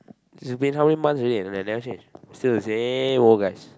it's becoming months already and I never change still the same old guys